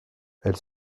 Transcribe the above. elle